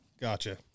Gotcha